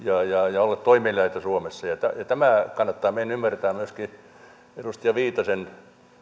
ja olla toimeliaita suomessa tämä kannattaa meidän ymmärtää myöskin